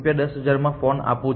10000માં આ ફોન આપું છું